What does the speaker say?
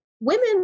Women